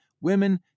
women